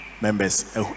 members